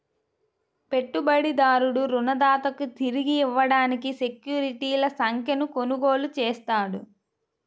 పెట్టుబడిదారుడు రుణదాతకు తిరిగి ఇవ్వడానికి సెక్యూరిటీల సంఖ్యను కొనుగోలు చేస్తాడు